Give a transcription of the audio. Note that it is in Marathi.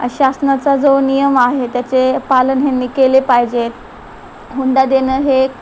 शासनाचा जो नियम आहे त्याचे पालन ह्यांनी केले पाहिजेत हुंडा देणं हे एक